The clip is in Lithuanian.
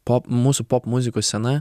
pop mūsų popmuzikos scena